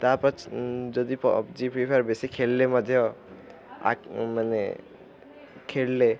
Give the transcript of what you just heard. ତା ଯଦି PUBG free fire ବେଶୀ ଖେଳିଲେ ମଧ୍ୟ ମାନେ ଖେଳିଲେ